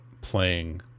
playing